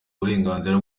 uburenganzira